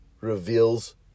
reveals